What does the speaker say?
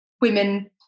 women